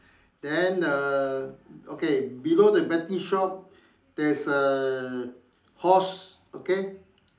then err okay below the betting shop there's a horse okay